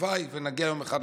הלוואי ונגיע לזה יום אחד,